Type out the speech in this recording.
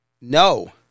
No